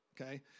okay